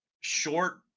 short